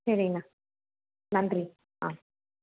சரிங்க நன்றி ஆ